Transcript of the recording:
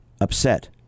upset